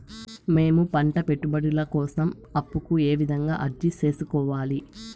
మేము పంట పెట్టుబడుల కోసం అప్పు కు ఏ విధంగా అర్జీ సేసుకోవాలి?